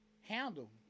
handle